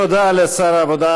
תודה לשר העבודה,